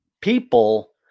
people